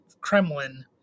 Kremlin